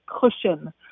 cushion